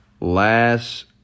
last